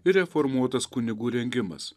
ir reformuotas kunigų rengimas